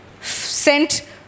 sent